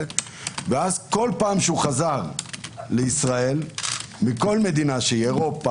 ואז כל פעם שחזר לישראל מכל מדינה שהיא אירופה,